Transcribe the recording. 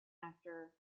actor